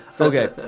Okay